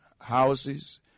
houses